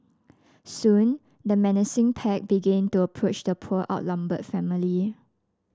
soon the menacing pack began to approach the poor outnumbered family